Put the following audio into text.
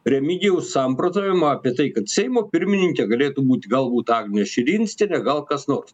remigijaus samprotavimą apie tai kad seimo pirmininke galėtų būti galbūt agnė širinskienė gal kas nors